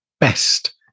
best